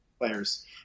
players